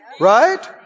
Right